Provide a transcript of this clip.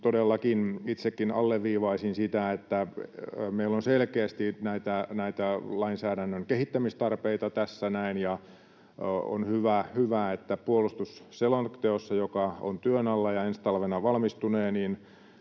todellakin itsekin alleviivaisin sitä, että meillä on selkeästi näitä lainsäädännön kehittämistarpeita tässä näin. On hyvä, että puolustusselonteossa, joka on työn alla ja ensi talvena valmistunee,